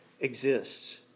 exists